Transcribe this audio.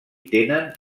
tenen